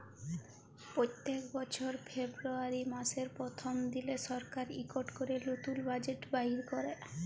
প্যত্তেক বছর ফেরবুয়ারি ম্যাসের পরথম দিলে সরকার ইকট ক্যরে লতুল বাজেট বাইর ক্যরে